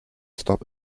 stop